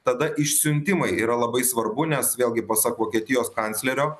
tada išsiuntimai yra labai svarbu nes vėlgi pasak vokietijos kanclerio